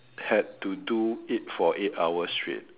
had to do it for eight hours straight